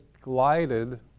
glided